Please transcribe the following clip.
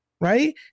right